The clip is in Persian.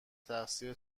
تقصیر